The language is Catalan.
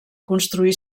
construir